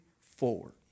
forward